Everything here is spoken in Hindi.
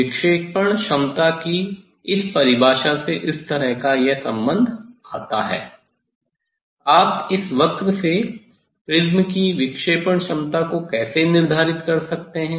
विक्षेपण क्षमता की इस परिभाषा से इस तरह का यह संबंध आता है आप इस वक्र से प्रिज्म की विक्षेपण क्षमता को कैसे निर्धारित कर सकते हैं